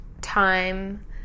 time